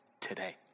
today